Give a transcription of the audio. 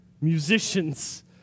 musicians